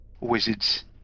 wizards